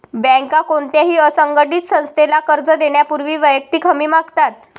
बँका कोणत्याही असंघटित संस्थेला कर्ज देण्यापूर्वी वैयक्तिक हमी मागतात